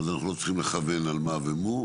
אז אנחנו לא צריכים לכוון על מה ומו.